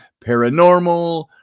paranormal